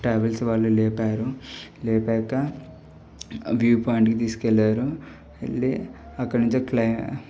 travel వాళ్ళు లేపారు లేపాక వ్యూ పాయింట్కి తీసుకెళ్ళారు వెళ్ళి అక్కడి నుంచి